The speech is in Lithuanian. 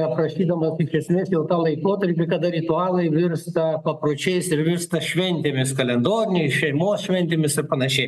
aprašydamas iš esmės jau tą laikotarpį kada ritualai virsta papročiais ir virsta šventėmis kalendoriniai šeimos šventėmis ir panašiai